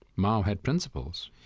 mao had principles.